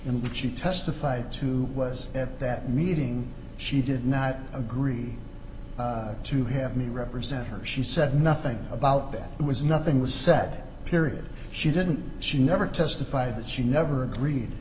and she testified to was at that meeting she did not agree to have me represent her she said nothing about that there was nothing was said period she didn't she never testified that she never agreed